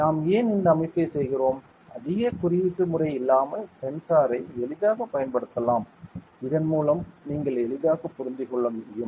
நாம் ஏன் இந்த அமைப்பைச் செய்கிறோம் அதிக குறியீட்டு முறை இல்லாமல் சென்சாரை எளிதாகப் பயன்படுத்தலாம் இதன் மூலம் நீங்கள் எளிதாகப் புரிந்து கொள்ளலாம்